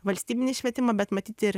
valstybinį švietimą bet matyt ir